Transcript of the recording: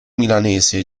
milanese